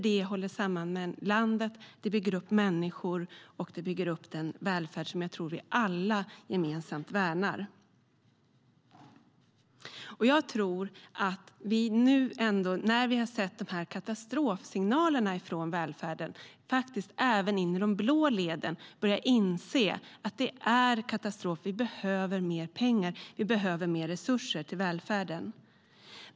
Det håller samman landet, bygger upp människor och bygger upp den välfärd som jag tror att vi alla gemensamt värnar. När vi har sett de här katastrofsignalerna från välfärden tror jag att man nu ändå, faktiskt även inne i de blå leden, börjar inse att det är katastrof. Vi behöver mer pengar. Vi behöver mer resurser till välfärden.